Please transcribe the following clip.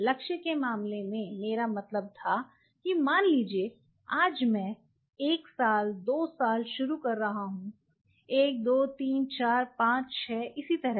लक्ष्य के मामले में मेरा मतलब था कि मान लीजिए आज मैं एक साल दो साल शुरू कर रहा हूं एक दो तीन चार पांच छह इसी तरह